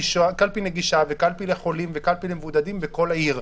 נגישה וקלפי לחולים וקלפי למבודדים בכל עיר.